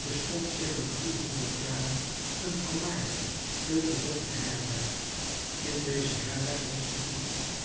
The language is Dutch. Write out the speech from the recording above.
bestond sedert driehonderd jaren een vermaarde veel bezochte herberg in deze herberg heerschte immer